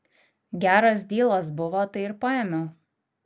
geras dylas buvo tai ir paėmiau